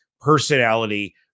personality